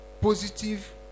positive